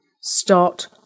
start